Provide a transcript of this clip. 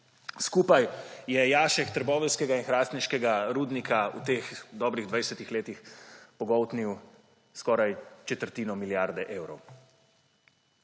Skupaj je jašek trboveljskega in hrastniškega rudnika v teh dobrih 20 letih pogoltnil skoraj četrtino milijarde evrov.